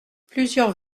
plusieurs